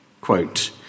quote